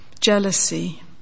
jealousy